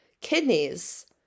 kidneys